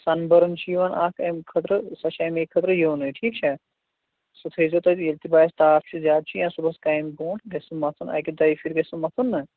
سَن بٔرٕن چھُ یِوان اَکھ اَمہِ خٲطرٕ سۄ چھِ اَمہِ خٲطرٕ یِوَان نہ ٹھیٖک چھا سُہ تھٲیِزیٚو تُہۍ ییٚلہِ تہِ باسہِ تاپھ چھُ زیادٕ چھُ یا صُبحس کامہِ برٛونٛٹھ گژھِ سُہ مَتھُن اَکہِ دۄیہِ پھِرِ گژھِ سُہ مَتھُن نا